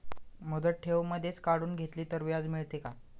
मुदत ठेव मधेच काढून घेतली तर व्याज मिळते का?